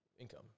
income